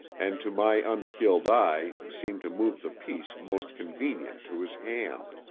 and to my unskilled eye seemed to move the piece most convenient to his hand,